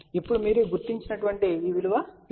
కాబట్టి ఇప్పుడు మీరు గుర్తించిన ఈ విలువ j 0